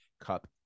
cup